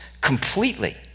completely